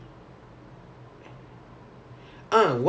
and to get what you really want to learn lah correct